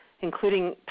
including